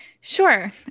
Sure